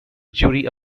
jury